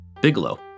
Bigelow